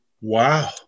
Wow